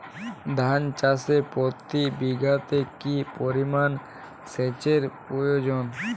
ধান চাষে প্রতি বিঘাতে কি পরিমান সেচের প্রয়োজন?